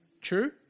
True